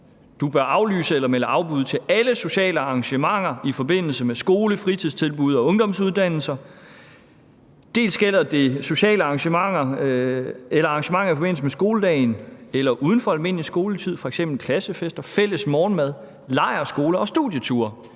Du bør aflyse eller melde afbud til alle sociale arrangementer i forbindelse med skole, fritidstilbud og ungdomsuddannelser. Det gælder sociale arrangementer eller arrangementer i forbindelse med skoledagen eller uden for almindelig skoletid, f.eks. klassefester, fælles morgenmad, lejrskoler og studieture.